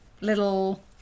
little